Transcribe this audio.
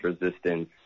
resistance